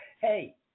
Hey